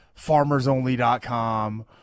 FarmersOnly.com